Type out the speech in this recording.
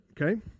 Okay